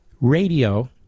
radio